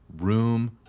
Room